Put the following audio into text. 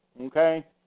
okay